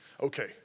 Okay